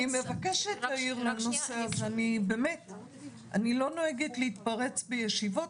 אני לא נוהגת להתפרץ בישיבות,